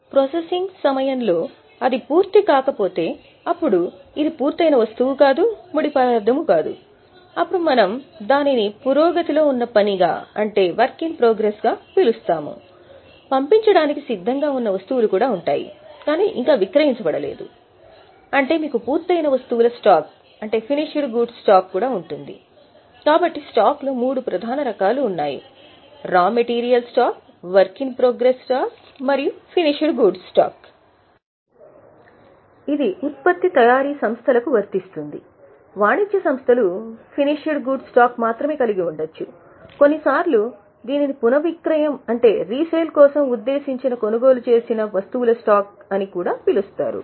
processing సమయంలో అది పూర్తి కాకపోతే అప్పుడు ఇది పూర్తయిన వస్తువు కాదు ముడి పదార్థం కాదు అప్పుడు మేము దానిని పురోగతిలో ఉన్న పనిగా అంటే వర్క్ ఇన్ ప్రోగ్రెస్ కోసం ఉద్దేశించిన కొనుగోలు చేసిన వస్తువుల స్టాక్ అని కూడా పిలుస్తారు